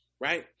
Right